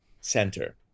center